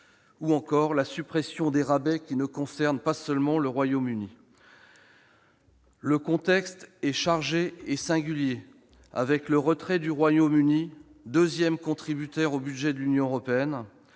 ou encore la suppression des rabais, lesquels ne concernent pas seulement le Royaume-Uni. Le contexte est chargé et singulier, avec le retrait du Royaume-Uni, deuxième contributeur au budget de l'Union européenne.